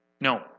No